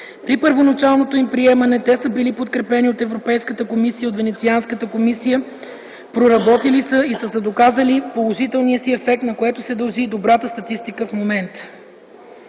При първоначалното им приемане те са били подкрепени от Европейската комисия и от Венецианската комисия, проработили са и са доказали положителния си ефект, на което се дължи и добрата статистика в момента.